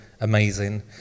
amazing